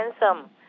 handsome